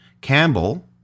Campbell